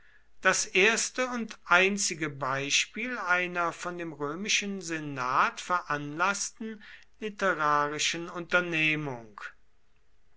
das erste und einzige beispiel einer von dem römischen senat veranlaßten literarischen unternehmung